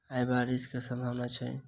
आय बारिश केँ सम्भावना छै?